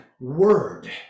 word